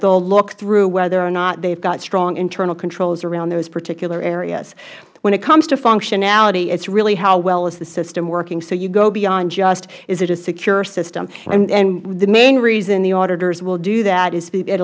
will look through whether or not they have got strong internal controls around those particular areas when it comes to functionality it is really how well is the system working so you go beyond just is it a secure system and the main reason the auditors will do that is it